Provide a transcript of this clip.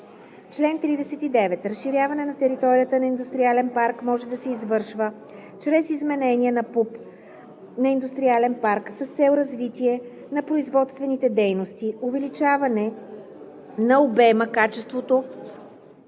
„Чл. 39. Разширяване на територията на индустриален парк може да се извършва чрез изменение на ПУП на индустриален парк с цел развитие на производствените дейности, увеличаване на обема и качеството